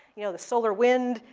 you know, the solar wind.